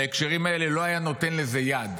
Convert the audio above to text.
בהקשרים האלה לא היה נותן לזה יד,